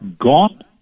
gone